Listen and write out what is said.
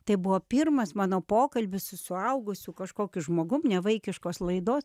tai buvo pirmas mano pokalbis su suaugusiu kažkokiu žmogum nevaikiškos laidos